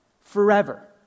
forever